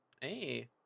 Hey